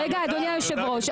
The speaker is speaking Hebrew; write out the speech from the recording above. אדוני היושב ראש,